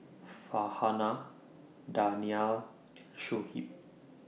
Farhanah Danial and Shuib